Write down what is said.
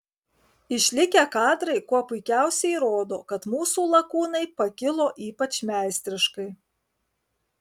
išlikę kadrai kuo puikiausiai įrodo kad mūsų lakūnai pakilo ypač meistriškai